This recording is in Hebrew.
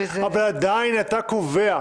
אבל עדיין אתה קובע.